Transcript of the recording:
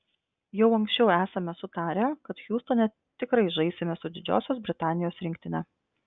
jau anksčiau esame sutarę kad hjustone tikrai žaisime su didžiosios britanijos rinktine